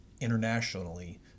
internationally